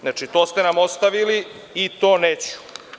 Znači, to ste nam ostavili i to neću.